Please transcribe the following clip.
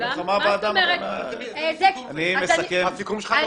איזה מן סיכום זה?